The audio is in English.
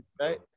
right